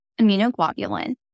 immunoglobulin